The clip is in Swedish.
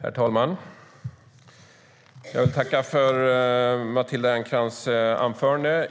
Herr talman! Jag tackar Matilda Ernkrans för anförandet.